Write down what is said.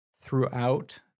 throughout